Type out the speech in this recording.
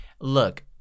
look